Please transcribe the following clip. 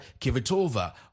Kivitova